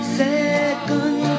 second